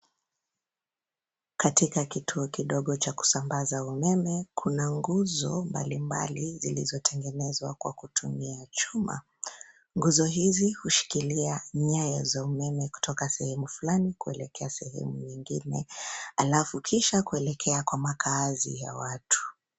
Katika kituo kidogo cha kusambaza umeme, kuna nguzo mbalimbali zilizotengenezwa kwa kutumia chuma. Nguzo hizi hushikilia nyaya za umeme kutoka sehemu fulani kuelekea sehemu nyingine, alafu kisha kuelekea kwa makaazi ya watu.